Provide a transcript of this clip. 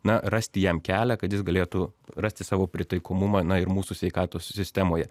na rasti jam kelią kad jis galėtų rasti savo pritaikomumą na ir mūsų sveikatos sistemoje